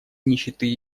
нищеты